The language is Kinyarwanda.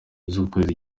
z’ukwezi